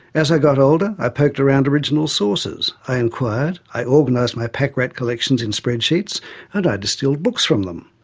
as i got older, i poked around original sources, i enquired, i organised ah my pack-rat collections in spreadsheets and i distilled books from them.